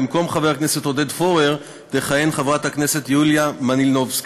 במקום חבר הכנסת עודד פורר תכהן חברת הכנסת יוליה מלינובסקי,